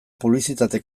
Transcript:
publizitate